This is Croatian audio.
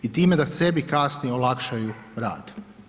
I time da sebi kasnije olakšaju rad.